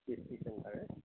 C S P চেন্টাৰে